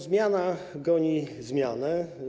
Zmiana goni zmianę.